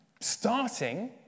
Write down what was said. Starting